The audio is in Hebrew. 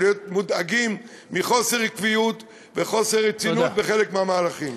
ולהיות מודאגים מחוסר עקביות וחוסר רצינות בחלק מהמהלכים.